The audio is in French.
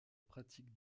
pratique